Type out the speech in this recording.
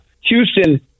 Houston